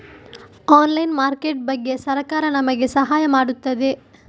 Online market ಬಗ್ಗೆ ಸರಕಾರ ನಮಗೆ ಸಹಾಯ ಮಾಡುತ್ತದೆ?